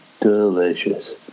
Delicious